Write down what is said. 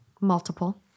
multiple